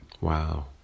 Wow